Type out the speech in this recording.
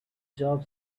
job